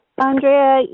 Andrea